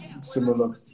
similar